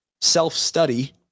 self-study